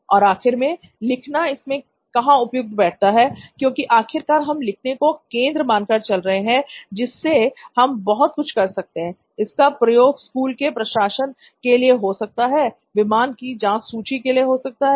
और आखिर में लिखना इसमें कहां उपयुक्त बैठता है क्योंकि आखिरकार हम लिखने को केंद्र मानकर चल रहे हैं जिससे हम बहुत कुछ कर सकते हैं इसका प्रयोग स्कूल के प्रशासन के लिए हो सकता है विमान की जांच सूची के लिए हो सकता है